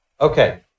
Okay